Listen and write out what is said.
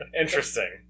Interesting